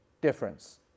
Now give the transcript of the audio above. Difference